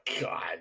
God